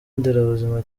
nderabuzima